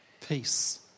peace